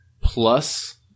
Plus